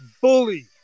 Bully